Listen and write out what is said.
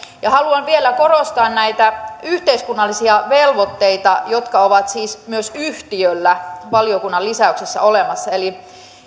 ja haluan vielä korostaa näitä yhteiskunnallisia velvoitteita jotka ovat siis myös yhtiöllä valiokunnan lisäyksessä olemassa eli